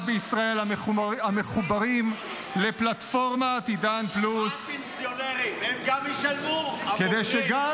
בישראל המחוברים לפלטפורמת עידן פלוס כדי שגם